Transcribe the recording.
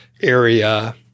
area